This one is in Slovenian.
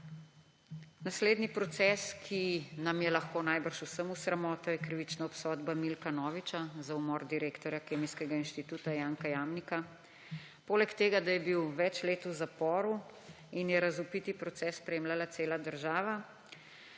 Naslednji proces, ki nam je lahko najbrž vsem v sramoto, je krivična obsodba Milka Noviča za umor direktorja Kemijskega inštituta Janka Jamnika. Poleg tega, da je bil več let v zaporu in je razvpiti proces spremljala cela država,